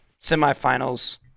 semifinals